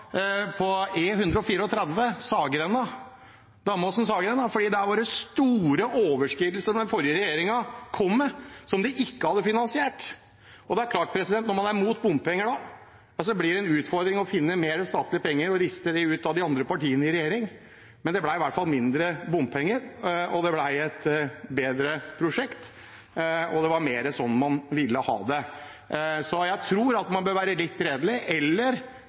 det store overskridelser den forrige regjeringen kom med, som de ikke hadde finansiert. Det er klart at når man da er imot bompenger, blir det en utfordring å finne flere statlige penger og riste dem ut av de andre partiene i regjering. Men det ble i hvert fall mindre bompenger, og det ble et bedre prosjekt, og det var mer som man ville ha det. Så jeg tror at man bør være litt redelig.